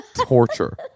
torture